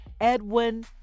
Edwin